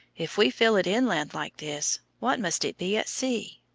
if we feel it inland like this, what must it be at sea!